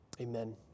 Amen